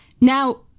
Now